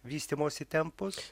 vystymosi tempus